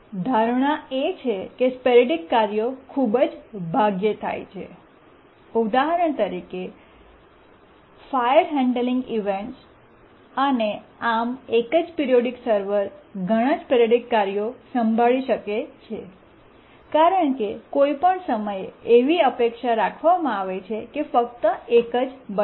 ધારણા એ છે કે સ્પોરૈડિક કાર્યો ખૂબ જ ભાગ્યે જ થાય છે ઉદાહરણ તરીકે ફાયર હેન્ડલિંગ ઇવેન્ટ્સ અને આમ એક જ પિરીયોડીક સર્વર ઘણા સ્પોરૈડિક કાર્યો સંભાળી શકે છે કારણ કે કોઈ પણ સમયે એવી અપેક્ષા રાખવામાં આવે છે કે ફક્ત એક જ બનશે